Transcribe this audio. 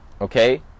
Okay